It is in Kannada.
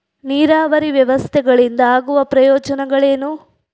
ನೀರಾವರಿ ವ್ಯವಸ್ಥೆಗಳಿಂದ ಆಗುವ ಪ್ರಯೋಜನಗಳೇನು?